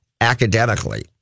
academically